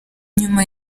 nyuma